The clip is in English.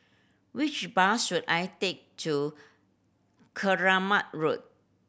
which bus should I take to Keramat Road